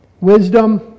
wisdom